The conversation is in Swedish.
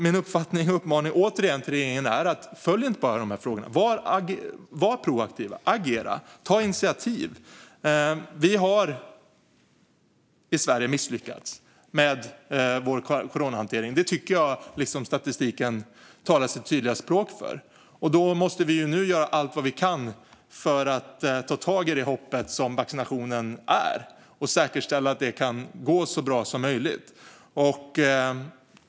Min uppfattning och uppmaning till regeringen är återigen: Följ inte bara dessa frågor, utan var proaktiva, agera och ta initiativ! Vi har i Sverige misslyckats med vår coronahantering. Jag tycker att statistiken talar sitt tydliga språk här, och då måste vi göra allt vi kan nu för att ta tag i det hopp som vaccinationen är och säkerställa att det går så bra som möjligt.